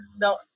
No